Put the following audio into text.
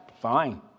fine